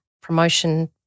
promotion